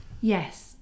Yes